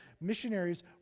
missionaries